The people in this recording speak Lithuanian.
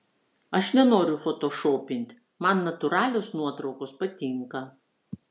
aš nenoriu fotošopint man natūralios nuotraukos patinka